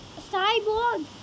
cyborg